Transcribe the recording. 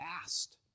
asked